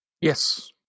yes